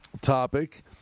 topic